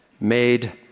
made